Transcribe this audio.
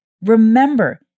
Remember